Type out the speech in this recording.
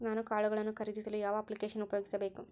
ನಾನು ಕಾಳುಗಳನ್ನು ಖರೇದಿಸಲು ಯಾವ ಅಪ್ಲಿಕೇಶನ್ ಉಪಯೋಗಿಸಬೇಕು?